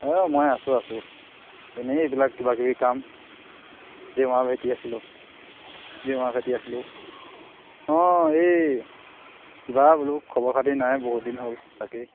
অঁ মই আছোঁ আছোঁ এনেই এইবিলাক কিবাকিবি কাম জেউৰা ভেটি আছিলোঁ জেউৰা ভেটি আছিলোঁ অঁ এই কিবা বোলো খবৰ খাতি নাই বহুত দিন হ'ল তাকেই